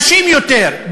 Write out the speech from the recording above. קשים יותר,